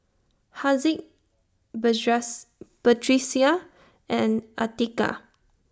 Haziq Batrisya and Atiqah